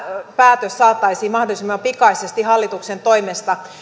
päätös saataisiin mahdollisimman pikaisesti hallituksen toimesta